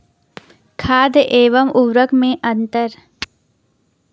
खाद एवं उर्वरक में अंतर?